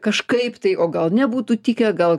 kažkaip tai o gal nebūtų tikę gal